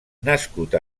nascut